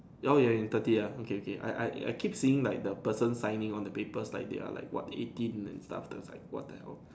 you all in thirty ah okay okay I I I keep seeing like the person signing on the paper like their like what eighteen and stuff it's like what the hell